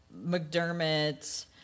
McDermott